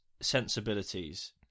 sensibilities